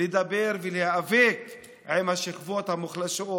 לדבר ולהיאבק עם השכבות המוחלשות,